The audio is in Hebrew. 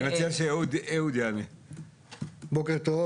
בוקר טוב,